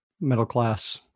middle-class